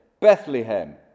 Bethlehem